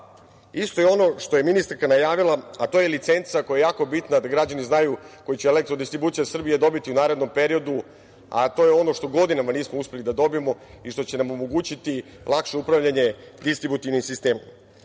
ono što je ministarka najavila, a to je licenca koja je jako bitna, da građani znaju, koju će Elektrodistribucija Srbije dobiti u narednom periodu, to je ono što godinama nismo uspeli da dobijemo i što će nam omogućiti lakše upravljanje distributivnim sistemima. Svi